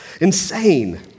insane